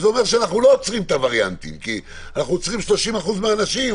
וזה אומר שאנחנו לא עוצרים את הווריאנטים כי אנחנו עוצרים 30% מהאנשים,